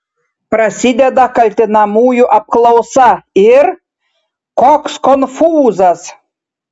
prasideda kaltinamųjų apklausa ir koks konfūzas